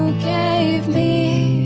gave me